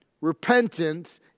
repentance